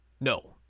No